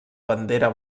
bandera